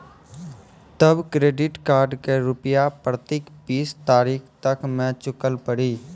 तब credit card के रूपिया प्रतीक बीस तारीख तक मे चुकल पड़ी?